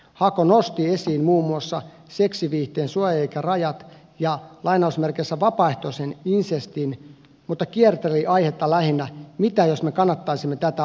hako nosti esiin muun muassa seksiviihteen suojaikärajat ja vapaaehtoisen insestin mutta kierteli aihetta lähinnä mitä jos me kannattaisimme tätä ajatusleikkinä